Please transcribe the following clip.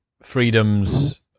freedoms